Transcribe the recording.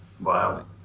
Wow